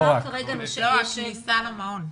לא, הכניסה למעון.